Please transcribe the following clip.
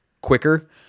quicker